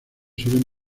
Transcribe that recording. suelen